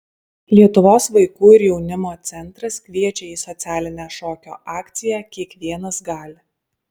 lietuvos vaikų ir jaunimo centras kviečia į socialinę šokio akciją kiekvienas gali